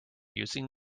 using